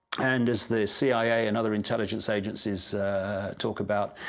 and as the cia and other intelligence agencies talk about.